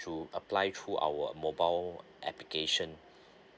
which is through apply through our mobile application